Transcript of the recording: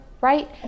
right